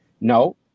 No